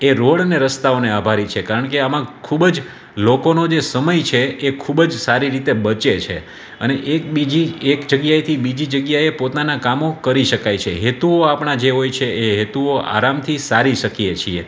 કે રોડ અને રસ્તાઓને આભારી છે કારણ કે આમાં ખૂબ જ લોકોનો જે સમય છે એ ખૂબ જ સારી રીતે બચે છે અને એકબીજી એક જગ્યાએથી બીજી જગ્યાએ પોતાના કામો કરી શકાય છે હેતુઓ આપણાં જે હોય છે એ હેતુઓ આરામથી સારી શકીએ છીએ